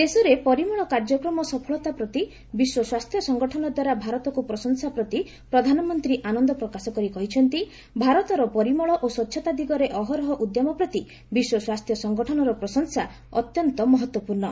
ଦେଶରେ ପରିମଳ କାର୍ଯ୍ୟକ୍ରମ ସଫଳତା ପ୍ରତି ବିଶ୍ୱ ସ୍ୱାସ୍ଥ୍ୟ ସଂଗଠନ ଦ୍ୱାରା ଭାରତକୁ ପ୍ରଶଂସା ପ୍ରତି ପ୍ରଧାନମନ୍ତ୍ରୀ ଆନନ୍ଦ ପ୍ରକାଶ କରି କହିଛନ୍ତି ଭାରତର ପରିମଳ ଓ ସ୍ୱଚ୍ଚତା ଦିଗରେ ଅହରହ ଉଦ୍ୟମ ପ୍ରତି ବିଶ୍ୱ ସ୍ୱାସ୍ଥ୍ୟ ସଂଗଠନର ପ୍ରଶଂସା ଅତ୍ୟନ୍ତ ମହତ୍ୱପୂର୍ଣ୍ଣ